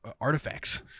artifacts